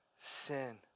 sin